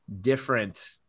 different